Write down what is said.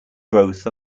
growth